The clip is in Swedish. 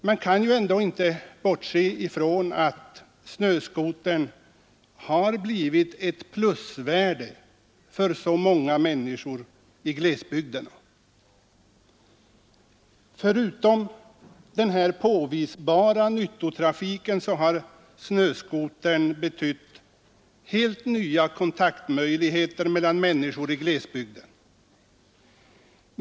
Man kan ju ändå inte bortse från att snöskotern har blivit ett plusvärde i livet för många människor i glesbygderna. Förutom vad snöskotern betytt för den påvisbara nyttotrafiken har den inneburit helt nya kontaktmöjligheter för människor i glesbygden.